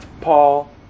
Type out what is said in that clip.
Paul